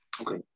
Okay